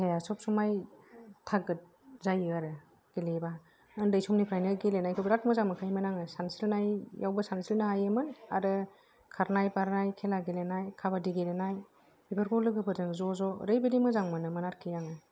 देहाया सब समाय थागोद जायो आरो गेलेयोबा उन्दै समनिफ्राइनो गेलेनायखौ बिरात मोजां मोनखायोमोन आङो सानस्रिनायावबो सानस्रिनो हायोमोन आरो खारनाय बारनाय खेला गेलेनाय खाबादि गेलेनाय बेफोरखौ लोगोफोरजों ज' ज' ओरैबायदि मोजां मोनोमोन आरखि आङो